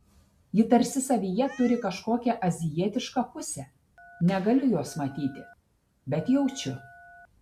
ji tarsi savyje turi kažkokią azijietišką pusę negaliu jos matyti bet jaučiu